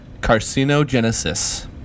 Carcinogenesis